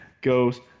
goes –